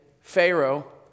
Pharaoh